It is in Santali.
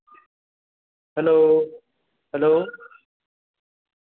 hello hello